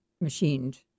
machined